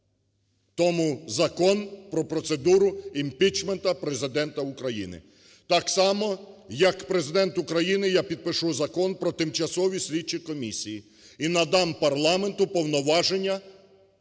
Тому Закон про процедуру імпічменту Президента України. Так само, як Президент України, я підпишу Закон про тимчасові слідчі комісії і надам парламенту повноваження